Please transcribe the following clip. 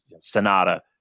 Sonata